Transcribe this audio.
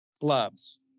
Gloves